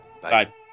Bye